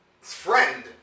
friend